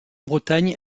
bretagne